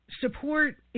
support